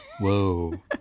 Whoa